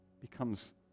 becomes